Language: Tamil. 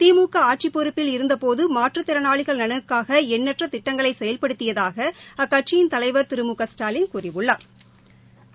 திமுக ஆட்சிப் பொறுப்பில் இருந்தபோது மாற்றுத்திறனாளிகள் நலனுக்காக எண்ணற்ற திட்டங்களை செயல்படுத்தியதாக அக்கட்சியின் தலைவா் திரு மு க ஸ்டாலின் கூறியுள்ளாா்